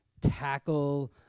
tackle